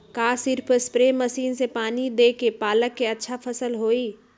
का सिर्फ spray machine से पानी देके पालक के अच्छा फसल होई?